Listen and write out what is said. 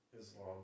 Islam